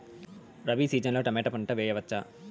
Rabi season లో tomato పంట వేయవచ్చా?